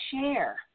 share